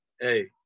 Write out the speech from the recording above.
hey